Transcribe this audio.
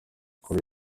kuva